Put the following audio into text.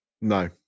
no